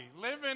living